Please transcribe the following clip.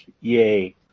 Yay